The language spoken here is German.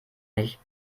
nicht